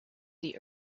the